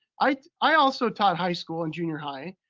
i also taught high school and junior high,